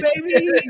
baby